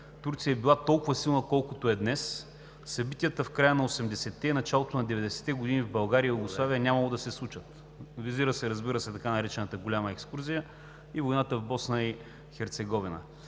Турция е била толкова силна, колкото е днес, събитията в края на 80-те и началото на 90-те години в България и Югославия нямало да се случат – разбира се, визира се така наречената голяма екскурзия и войната в Босна и Херцеговина.